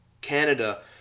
Canada